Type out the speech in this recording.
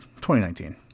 2019